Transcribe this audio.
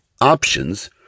options